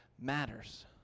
matters